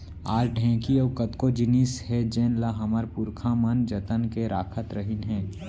आज ढेंकी अउ कतको जिनिस हे जेन ल हमर पुरखा मन जतन के राखत रहिन हे